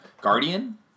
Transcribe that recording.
Guardian